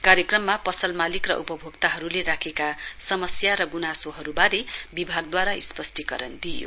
कार्यक्रममा पसल मालिक र लाभार्थीहरूले राखेका समस्या र गुनासोहरूबारे विभागद्वारा स्पष्टीकरण दिइयो